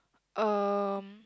um